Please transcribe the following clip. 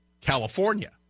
California